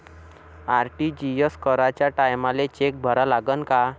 RTGS कराच्या टायमाले cheque भरा लागन का?